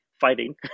fighting